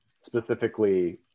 specifically